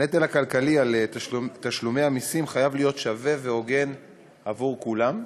הנטל הכלכלי של תשלומי המסים חייב להיות שווה והוגן עבור כולם.